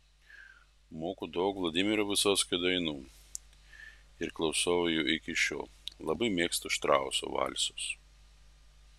moku daug vladimiro vysockio dainų ir klausau jų iki šiol labai mėgstu štrauso valsus